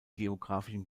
geografischen